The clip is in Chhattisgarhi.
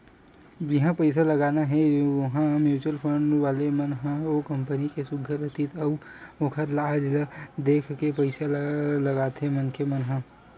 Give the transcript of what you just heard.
जिहाँ पइसा लगाना हे उहाँ म्युचुअल फंड वाले मन ह ओ कंपनी के सुग्घर अतीत अउ ओखर आज ल देख के पइसा ल लगाथे मनखे मन ह